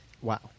Wow